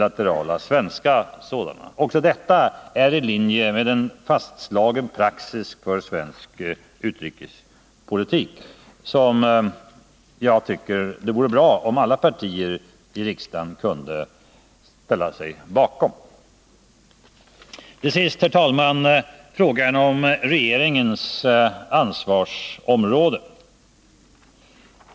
Också detta handlingssätt är i linje med fastslagen praxis för svensk utrikespolitik. Det vore bra om alla partier i riksdagen kunde ställa sig bakom denna praxis. Till sist vill jag, herr talman, ta upp frågan om regeringens ansvarsområde.